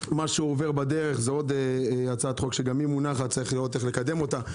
מה שעובר בדרך זה עוד הצעת חוק שגם היא מונחת יש לראות איך לקדמה.